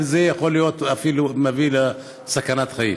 יכול להיות שזה אפילו מביא לסכנת חיים.